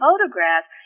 photographs